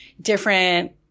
different